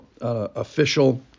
official